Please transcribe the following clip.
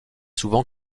souvent